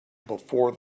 before